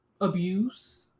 abuse